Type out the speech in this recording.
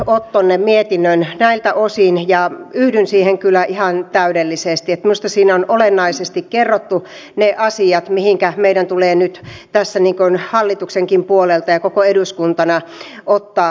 ohtonen miettinen ja itäosiin ja yhden siihen julkisuudessa on tietoja siitä että norja ja ruotsi ovat tehneet isoja investointeja sinne ovat kiinnostuneita rataa rahoittamaan